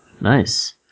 Nice